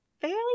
fairly